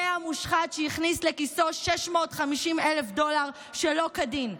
זה המושחת שהכניס לכיסו 650,000 דולר שלא כדין,